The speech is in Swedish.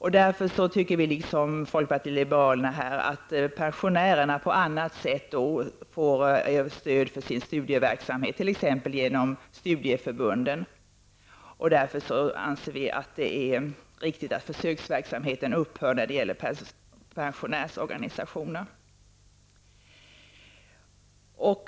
Vi tycker därför liksom folkpartiet liberalerna att pensionärerna på annat sätt bör få stöd för sin studieverksamhet, t.ex. genom studieförbunden. Därför anser vi det vara riktigt att försöksverksamheten upphör när det gäller pensionärsorganisationer.